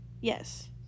Yes